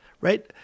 right